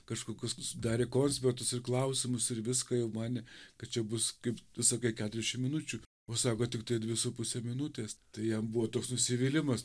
kažkokius darė konspektus ir klausimus ir viską jau manė kad čia bus kaip tu sakai keturiasdešim minučių o sako tiktai dvi su puse minutės tai jam buvo toks nusivylimas